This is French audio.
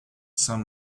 saint